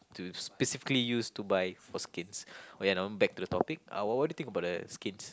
to specifically use to buy for skins oh yeah now back to the topic uh what what do you think about the skins